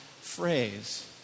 phrase